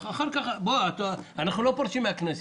אנחנו לא פורשים מן הכנסת.